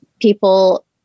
people